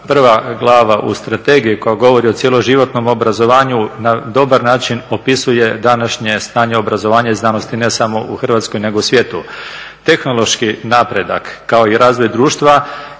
prva glava u strategiji koja govori o cijeloživotnom obrazovanju na dobar opisuje današnje stanje obrazovanja i znanosti ne samo u Hrvatskoj nego u svijetu.